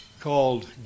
called